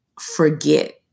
forget